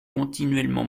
continuellement